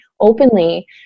openly